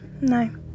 No